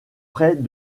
près